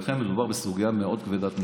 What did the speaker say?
לכן, מדובר בסוגיה מאוד כבדת משקל.